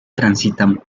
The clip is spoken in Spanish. transitan